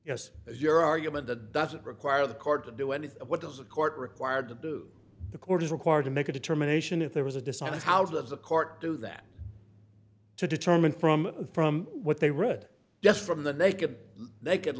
yes is your argument that doesn't require the court to do anything what does the court required to do the court is required to make a determination if there was a dishonest how does a court do that to determine from from what they read just from the naked they could